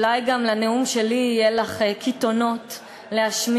ורבין, אולי גם לנאום שלי יהיו לך קיתונות להשמיע.